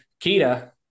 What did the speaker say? Kita